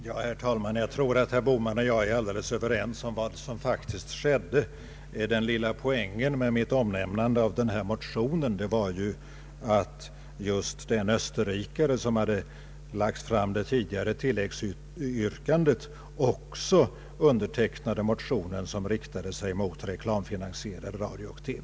Herr talman! Jag tror att herr Bohman och jag är helt överens om vad som faktiskt skedde. Den lilla poängen med mitt omnämnande av den här motionen var att just den österrikare som hade gjort det tidigare tilläggsyrkandet också undertecknade motionen som riktade sig mot reklamfinansierad radio och TV.